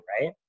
right